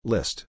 List